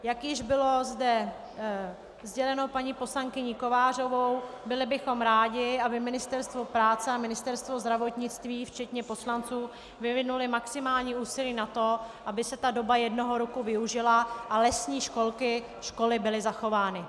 Jak již zde bylo sděleno paní poslankyní Kovářovou, byli bychom rádi, aby Ministerstvo práce a Ministerstvo zdravotnictví včetně poslanců vyvinuli maximální úsilí na to, aby se doba jednoho roku využila a lesní školky, školy byly zachovány.